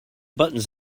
buttons